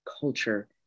culture